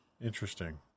Interesting